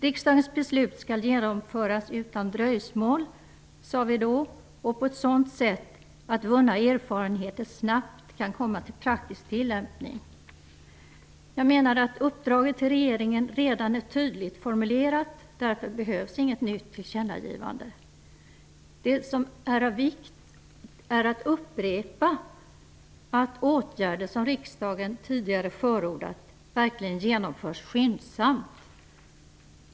Riksdagens beslut skall genomföras utan dröjsmål, sade vi då, och på ett sådant sätt att vunna erfarenheter snabbt kan komma i praktisk tilllämpning. Jag menar att uppdraget till regeringen redan är tydligt formulerat. Därför behövs det inget nytt tillkännagivande. Det som är av vikt är att upprepa att åtgärder som riksdagen tidigare förordat verkligen skyndsamt genomförs.